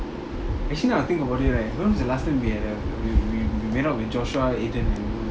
actually now I think about it right when was the last time we had a we we went out with joshua aidan